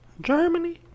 Germany